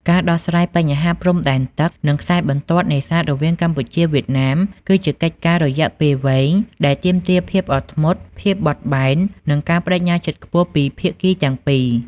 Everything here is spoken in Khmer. ការដោះស្រាយបញ្ហាព្រំដែនទឹក និងខ្សែបន្ទាត់នេសាទរវាងកម្ពុជា វៀតណាម គឺជាកិច្ចការរយៈពេលវែងដែលទាមទារភាពអត់ធ្មត់ ភាពបត់បែន និងការប្តេជ្ញាចិត្តខ្ពស់ពីភាគីទាំងពីរ។